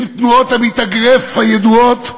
עם תנועות המתאגרף הידועות.